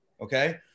Okay